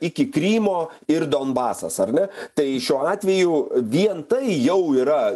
iki krymo ir donbasas ar ne tai šiuo atveju vien tai jau yra